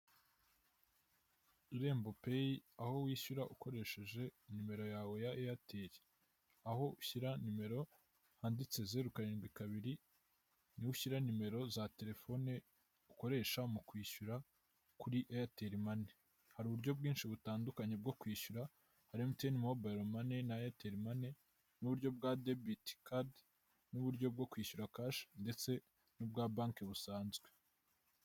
Irembo payi aho wishyura ukoresheje nimero yawe ya Eyateli, aho ushyira nimero handitse zeru karindwi kabiri niho ushyira nimero za telefone ukoresha mu kwishyura kuri Eyateli mani. Hari uburyo bwinshi butandukanye bwo kwishyura hari Emutiyeni mobayilo mani na Eyateli mani n'uburyo bwa debiti kadi, n'uburyo bwo kwishyura kashi ndetse n'ubwa banki busanzwe.